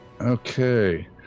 Okay